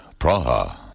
Praha